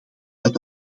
dat